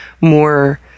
more